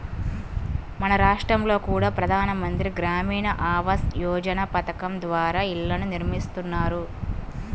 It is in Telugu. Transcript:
మన రాష్టంలో కూడా ప్రధాన మంత్రి గ్రామీణ ఆవాస్ యోజన పథకం ద్వారా ఇళ్ళను నిర్మిస్తున్నారు